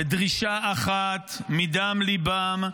בדרישה אחת מדם ליבם: